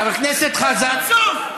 הפכתם, תפסיקו עם ההשמצות.